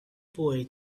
boy